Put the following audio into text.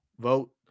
Vote